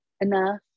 enough